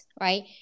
right